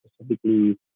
specifically